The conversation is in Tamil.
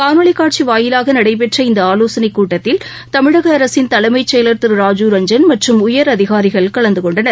காணொலி காட்சி வாயிலாக நடைபெற்ற இந்த ஆலோசனைக் கூட்டத்தில் தமிழக அரசின் தலைமை செயலர் திரு ராஜீவ் ரஞ்சன் மற்றும் உயர் அதிகாரிகள் கலந்துகொண்டனர்